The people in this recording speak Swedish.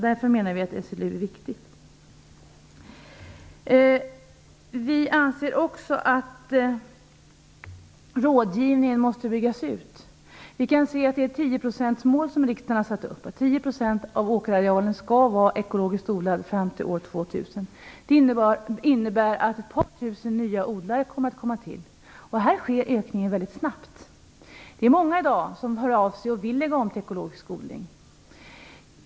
Därför tycker vi att SLU är viktigt. Vi anser också att rådgivningen måste byggas ut. Riksdagen har satt upp som mål att 10 % av åkerarealen skall vara ekologiskt odlad fram till år 2000. Det innebär att över ett par tusen nya odlare kommer till. Här är ökningen mycket snabb. Många hör av sig i dag som vill komma i gång med ekologisk odling.